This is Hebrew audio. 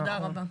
תודה רבה.